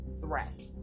threat